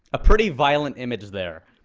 a pretty violent image there.